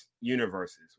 universes